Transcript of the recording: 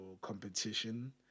competition